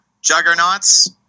juggernauts